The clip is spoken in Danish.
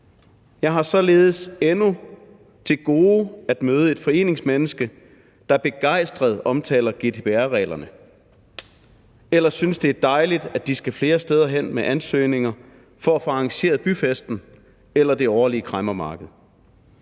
Jeg har således endnu til gode at møde et foreningsmenneske, der begejstret omtaler GDPR-reglerne eller synes, det er dejligt, at de skal flere steder hen med ansøgninger for at få arrangeret byfesten eller det årlige kræmmermarked.